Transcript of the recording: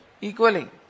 equally